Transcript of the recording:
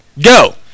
Go